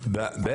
תתנו לו.